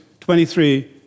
23